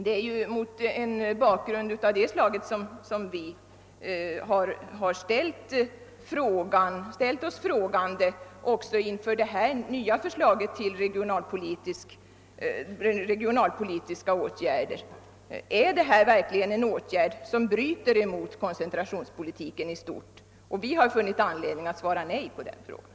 Det är mot en bakgrund av detta slag som vi har ställt oss frågande också inför det nya förslaget till regionalpolitiska åtgärder. Är detta verkligen en åtgärd som bryter mot koncentrationspolitiken i stort? Vi har funnit anledning att svara nej på den frågan.